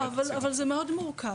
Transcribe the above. לא, אבל זה מאוד מורכב.